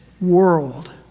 world